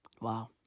Wow